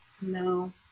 No